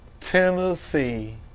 Tennessee